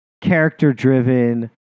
character-driven